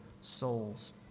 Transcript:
souls